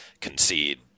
concede